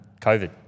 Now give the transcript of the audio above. COVID